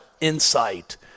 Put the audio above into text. insight